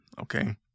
Okay